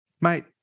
mate